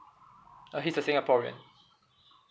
uh he's a singaporean